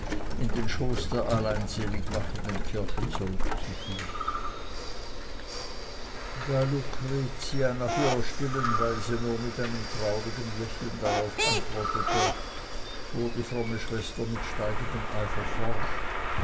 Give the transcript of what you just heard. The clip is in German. in den schoß der alleinseligmachenden kirche zurückzuführen da lucretia nach ihrer stillen weise nur mit einem traurigen lächeln darauf antwortete fuhr die fromme schwester mit steigendem eifer fort